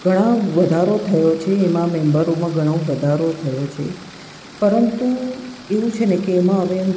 ઘણા વધારો થયો છે એમાં મેમ્બરોમાં ઘણો વધારો થયો છે પરંતુ એવું છે ને કે એમાં હવે